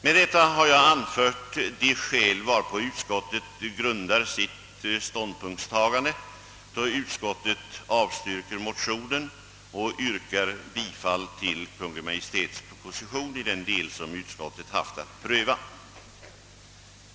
Med detta har jag anfört de skäl, varpå utskottet grundar sitt ståndpunktstagande, då utskottet avstyrker motionen och hemställer om bifall till Kungl. Maj:ts proposition i den del som utskottet haft att pröva.